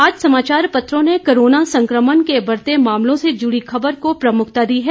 आज समाचार पत्रों ने कोरोना संकमण के बढ़ते मामलों से जुड़ी खबर को प्रमुखता दी है